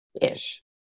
Ish